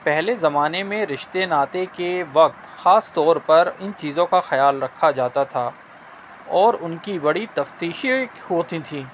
پہلے زمانے میں رشتے ناطے کے وقت خاص طور پر ان چیزوں کا خیال رکھا جاتا تھا اور ان کی بڑی تفتیشیں ہوتی تھیں